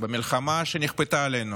מלחמה שנכפתה עלינו,